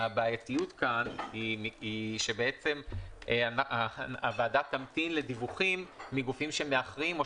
הבעייתיות כאן היא שהוועדה תמתין לדיווחים מגופים שמאחרים או